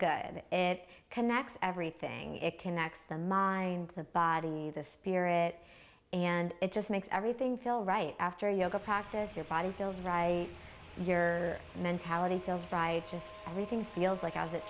good it connects everything it connects the mind the body the spirit and it just makes everything feel right after yoga practice your body feels right your mentality feels by just everything feels like as it